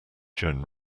joan